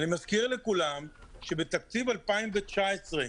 אני מזכיר לכולם שבתקציב 2019,